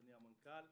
אדוני המנכ"ל,